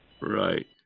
Right